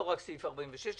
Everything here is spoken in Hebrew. לא רק סעיף 46,